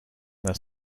their